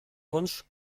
wunsch